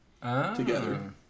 together